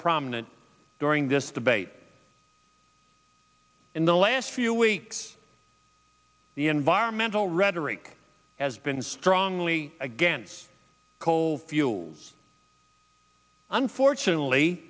prominent during this debate in the last few weeks the environmental rhetoric has been strongly against coal fuels unfortunately